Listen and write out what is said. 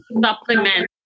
supplement